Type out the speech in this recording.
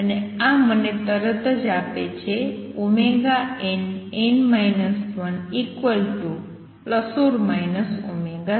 અને આ મને તરત જ આપે છે nn 1±0